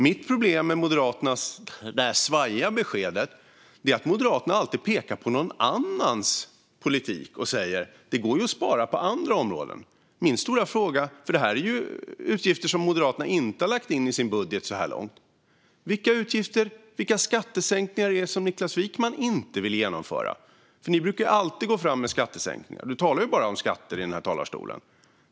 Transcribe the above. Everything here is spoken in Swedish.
Mitt problem med Moderaternas svajiga besked är att de alltid pekar på någon annans politik och säger: Det går ju att spara på andra områden! Det här är ju utgifter som Moderaterna inte har lagt in i sin budget så här långt. Min stora fråga är därför: Vilka utgifter gäller det, och vilka skattesänkningar är det som Niklas Wykman inte vill genomföra? Ni brukar alltid gå fram med skattesänkningar; du talar ju bara om skatter i den här talarstolen.